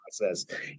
process